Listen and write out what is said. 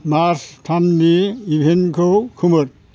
March थामनि इभेन्टखौ खोमोर